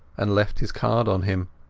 and left his card on him.